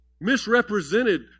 misrepresented